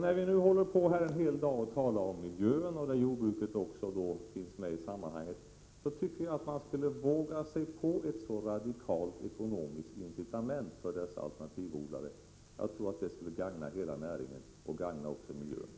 När vi nu här i riksdagen under en hel dag talar om miljön, där jordbruket finns med i sammanhanget, borde vi våga oss på ett radikalt ekonomiskt incitament för dessa alternativodlare. Jag tror att det skulle gagna hela näringen och också miljön.